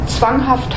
zwanghaft